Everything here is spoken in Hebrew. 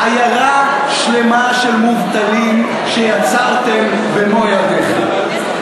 עיירה שלמה של מובטלים שיצרתם במו-ידיכם.